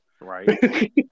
Right